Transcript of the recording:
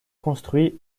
construit